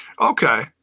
Okay